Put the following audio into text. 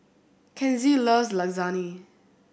Kenzie loves Lasagne